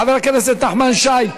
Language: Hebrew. חבר הכנסת נחמן שי,